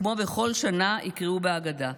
וכמו בכל שנה יקראו בהגדה,